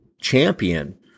champion